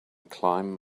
climb